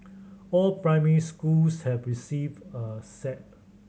all primary schools have received a set